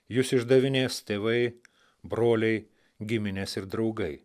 jus išdavinės tėvai broliai giminės ir draugai